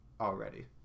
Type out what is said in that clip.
already